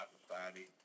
Society